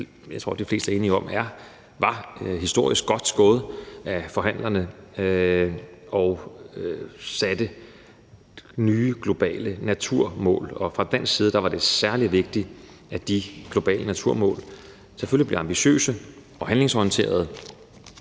jeg tror de fleste er enige om var historisk godt gået af forhandlerne, og det satte nye globale naturmål. Fra dansk side var det særlig vigtigt, at de globale naturmål selvfølgelig blev ambitiøse og handlingsorienterede,